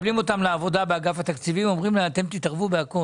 עולה יותר מפיתוח באור יהודה.